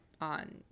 On